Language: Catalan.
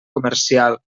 comercial